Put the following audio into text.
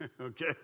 okay